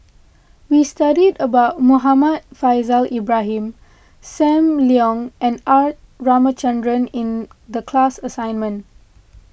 we studied about Muhammad Faishal Ibrahim Sam Leong and R Ramachandran in the class assignment